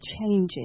changes